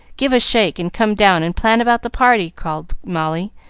give a shake and come down and plan about the party, called molly,